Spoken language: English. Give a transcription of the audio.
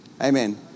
Amen